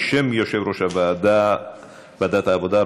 בשם יושב-ראש ועדת העבודה,